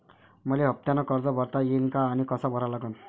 मले हफ्त्यानं कर्ज भरता येईन का आनी कस भरा लागन?